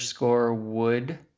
Wood